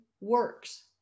works